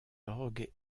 orgues